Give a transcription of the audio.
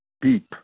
beep